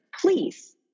Please